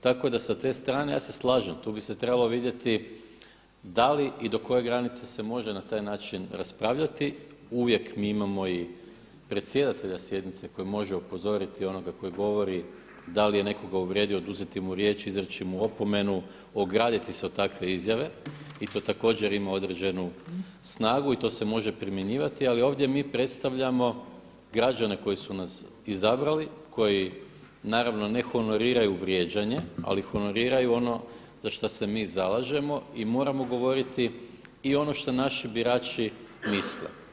Tako da sa te strane ja se slažem, tu bi se treba vidjeti da li i do koje granice se može na taj način raspravljati, uvijek mi imamo i predsjedatelja sjednice koji može upozoriti onoga koji govori da li je nekoga uvrijedio, oduzeti mu riječ, izreći mu opomenu, ograditi se od takve izjave i to također ima određenu snagu i to se može primjenjivati, ali ovdje mi predstavljamo građane koji su nas izabrali, koji naravno ne honoriraju vrijeđanje ali honoriraju ono za šta se mi zalažemo i moramo govoriti i ono što naši birači misle.